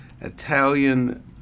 Italian